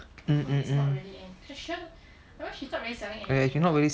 mm mm mm